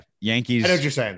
Yankees